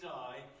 die